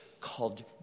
called